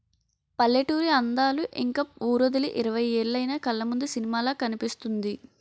పల్లెటూరి అందాలు ఇంక వూరొదిలి ఇరవై ఏలైన కళ్లముందు సినిమాలా కనిపిస్తుంది